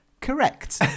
Correct